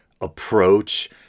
approach